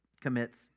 commits